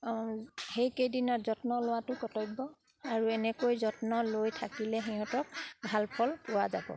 সেইকেইদিনত যত্ন লোৱাটো কৰ্তব্য আৰু এনেকৈ যত্ন লৈ থাকিলে সিহঁতক ভাল ফল পোৱা যাব